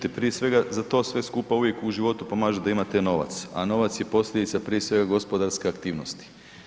Čujte, prije svega za to sve skupa uvijek u životu pomaže da imate novac, a novac je posljedica prije svega gospodarske aktivnosti.